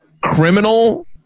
criminal